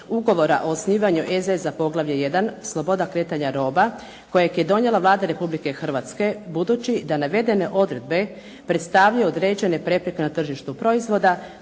Ugovora o osnivanju EZZ za poglavlje 1 – sloboda kretanja roba kojeg je donijela Vlada Republike Hrvatske budući da navedene odredbe predstavljaju određene prepreke na tržištu proizvoda